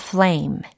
Flame